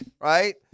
right